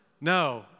no